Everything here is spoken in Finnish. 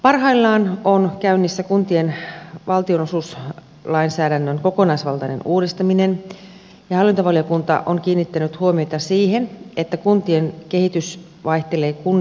parhaillaan on käynnissä kuntien valtionosuuslainsäädännön kokonaisvaltainen uudistaminen ja hallintovaliokunta on kiinnittänyt huomiota siihen että kuntien kehitys vaihtelee kun